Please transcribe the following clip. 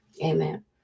Amen